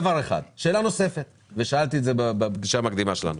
שאלה נוספת - ושאלתי אותה בפגישה המקדימה שלנו